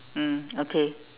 mm okay